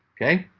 okay.